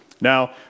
Now